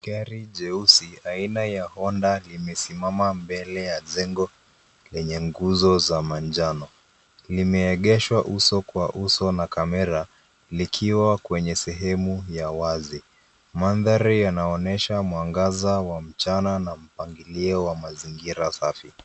Gari jeusi aina ya Honda limesimama mbele ya jengo lenye nguzo za manjano. Limeegeshwa uso kwa uso na kamera likiwa kwenye sehemu ya wazi. Mandhari yanaonyesha mwangaza wa mchana na mpangilio wa mazingira safi.